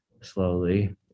slowly